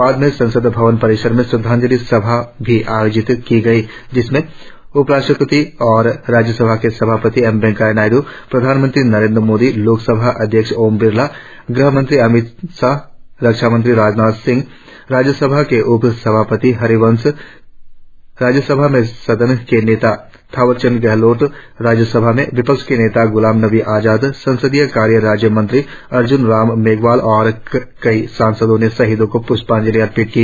इस अवसर पर बाद में संसद भवन परिसर में श्रद्धांजलि सभा भी आयोजित की गई जिसमें उपराष्ट्रपति और राज्यसभा के सभापति एम वेंकैया नायडू प्रधानमंत्री नरेंद्र मोदी लोकसभा अध्यक्ष ओम बिरला गृह मंत्री अमित शाह रक्षा मंत्री राजनाथ सिंह राज्यसभा के उप सभापति हरिवंश राज्यसभा में सदन के नेता थावरचंद गहलोत राज्यसभा में विपक्ष के नेता ग्लाम नबी आजाद संसदीय कार्य राज्यमंत्री अर्ज्न राम मेघवाल और कई सांसदों ने शहीदों को प्ष्पांजलि अर्पित की